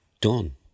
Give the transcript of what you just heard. done